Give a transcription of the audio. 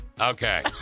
Okay